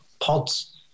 pods